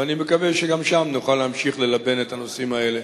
ואני מקווה שגם שם נוכל להמשיך ללבן את הנושאים האלה.